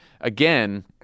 again